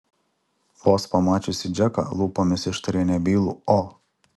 vos pamačiusi džeką lūpomis ištarė nebylų o